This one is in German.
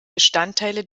bestandteile